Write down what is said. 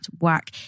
Work